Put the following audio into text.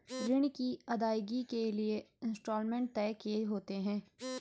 ऋण की अदायगी के लिए इंस्टॉलमेंट तय किए होते हैं